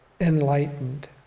enlightened